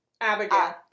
Abigail